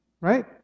right